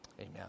Amen